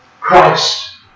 Christ